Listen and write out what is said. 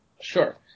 sure